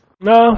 No